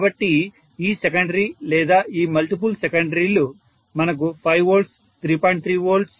కాబట్టి ఈ సెకండరీ లేదా ఈ మల్టిపుల్ సెకండరీలు మనకు 5 V 3